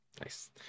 Nice